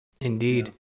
Indeed